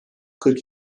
kırk